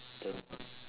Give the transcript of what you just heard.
then